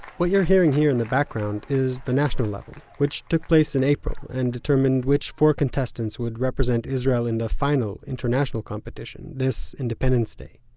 what you're hearing here in the background is the national level, which took place in april, and determined which four contestants would represent israel in the final international competition this independence day.